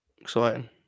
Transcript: exciting